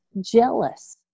jealous